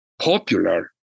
popular